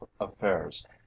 affairs